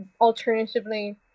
alternatively